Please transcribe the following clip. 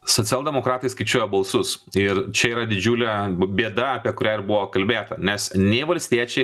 socialdemokratai skaičiuoja balsus ir čia yra didžiulė bėda apie kurią ir buvo kalbėta nes nei valstiečiai